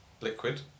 liquid